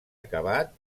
acabat